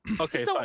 okay